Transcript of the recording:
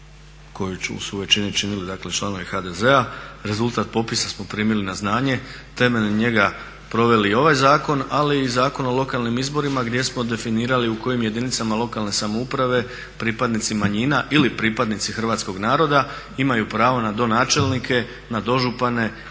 koju su je činili u većini članovi HDZ-a, rezultat popisa smo primili na znanje, temeljem njega proveli i ovaj zakon ali i Zakon o lokalnim izborima gdje smo definirali u kojim jedinicama lokalne samouprave pripadnici manjina ili pripadnici hrvatskog naroda imaju pravo na donačelnike, na dožupane